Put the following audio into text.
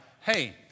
Hey